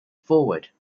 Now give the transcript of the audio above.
forward